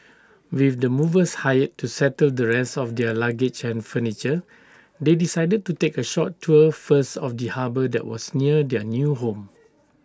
with the movers hired to settle the rest of their luggage and furniture they decided to take A short tour first of the harbour that was near their new home